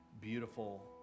beautiful